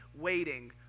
waiting